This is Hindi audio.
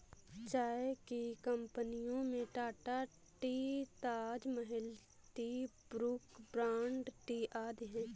चाय की कंपनियों में Tata tea, Taj Mahal tea, Brooke Bond tea आदि है